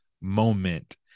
moment